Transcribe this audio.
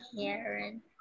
Karen